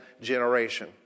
generation